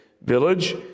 village